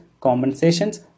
compensations